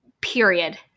period